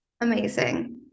Amazing